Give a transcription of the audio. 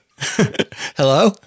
Hello